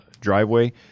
Driveway